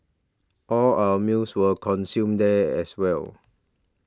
all our meals were consumed there as well